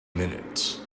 minutes